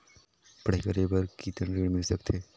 पढ़ाई करे बार कितन ऋण मिल सकथे?